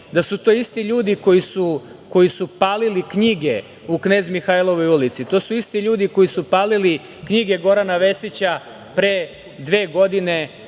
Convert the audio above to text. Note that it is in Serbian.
Da su to isti ljudi koji su palili knjige i Knez Mihajlovoj ulici. To su isti ljudi koji su palili knjige Gorana Vesića pre dve godine